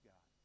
God